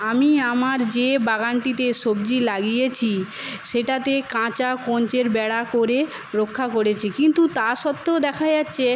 আমি আমার যে বাগানটিতে সবজি লাগিয়েছি সেটাতে কাঁচা কঞ্চের বেড়া করে রক্ষা করেছি কিন্তু তা সত্বেও দেখা যাচ্ছে